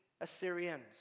Assyrians